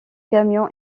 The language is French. camion